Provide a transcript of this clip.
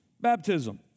Baptism